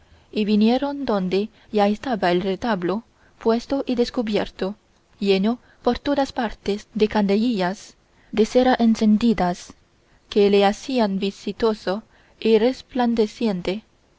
y vinieron donde ya estaba el retablo puesto y descubierto lleno por todas partes de candelillas de cera encendidas que le hacían vistoso y resplandeciente